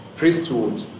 priesthood